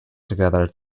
together